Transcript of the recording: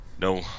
No